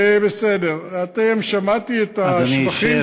בסדר, שמעתי את השבחים